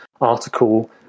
article